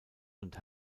und